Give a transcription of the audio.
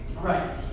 Right